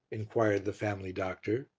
inquired the family doctor,